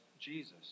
Jesus